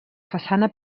façana